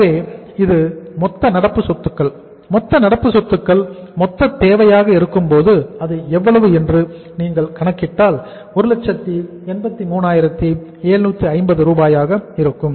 ஆகவே இது மொத்த நடப்பு சொத்துக்கள் மொத்த நடப்பு சொத்துக்கள் மொத்த தேவையாக இருக்கும் அது எவ்வளவு என்று நீங்கள் கணக்கிட்டால் 183750 ரூபாயாக இருக்கும்